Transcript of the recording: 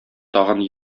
тагын